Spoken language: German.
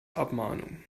abmahnung